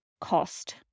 cost